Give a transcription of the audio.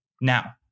Now